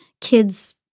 kids